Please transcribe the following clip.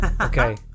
Okay